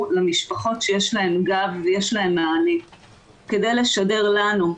למשפחות שיש להן גב ויש להן מענה כדי לשדר לנו,